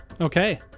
okay